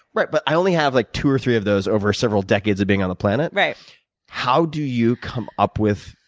right, but i only have like two or three of those over several decades of being on the planet. how do you come up with,